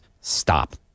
Stop